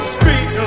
Street